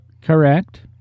correct